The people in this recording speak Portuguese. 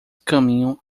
caminham